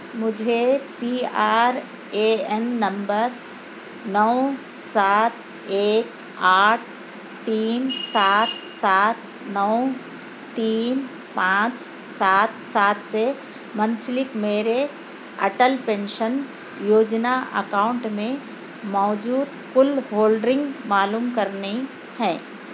مجھے P R A N number نو سات ایک آٹھ تین سات سات نو تین پانچ سات سات سے منسلک میرے اٹل پینشن یوجنا اکاؤنٹ میں موجود کُل ہولڈرنگ معلوم کرنی ہیں